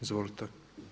Izvolite.